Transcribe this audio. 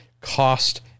Cost